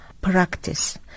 practice